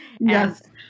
yes